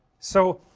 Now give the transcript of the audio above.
so,